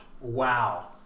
Wow